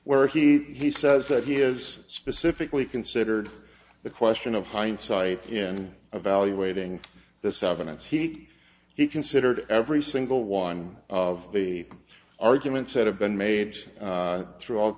where he says that he has specifically considered the question of hindsight in evaluating the seven and seek he considered every single one of the arguments that have been made throughout